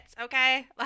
Okay